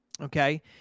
Okay